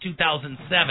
2007